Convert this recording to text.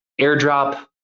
airdrop